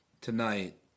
tonight